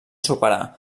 superar